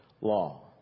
law